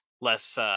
less